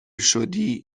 شدی